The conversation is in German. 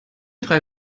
drei